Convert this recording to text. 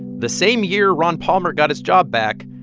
the same year ron palmer got his job back,